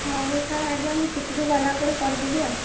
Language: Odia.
ହଉ ସାର୍ ଆଜ୍ଞା ମୁଁ ଛୁଟିରୁ ଗଲାପରେ କରିଦେବି ଆଉ